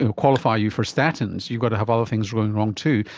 ah qualify you for statins, you've got to have other things going wrong too.